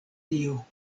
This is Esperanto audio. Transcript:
tio